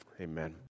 Amen